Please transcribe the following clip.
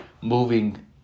moving